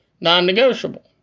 non-negotiable